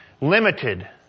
limited